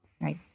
Right